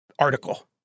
article